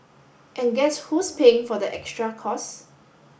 and guess who's paying for the extra costs